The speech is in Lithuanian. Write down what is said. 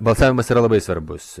balsavimas yra labai svarbus